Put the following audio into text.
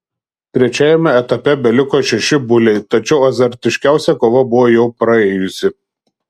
trečiajame etape beliko šeši buliai tačiau azartiškiausia kova buvo jau praėjusi